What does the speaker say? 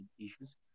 issues